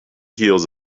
heels